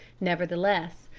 nevertheless,